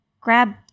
grab